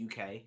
UK